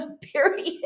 period